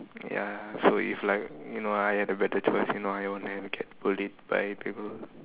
ya so if like you know if I had a better choice you know I would never get bullied by people